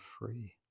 free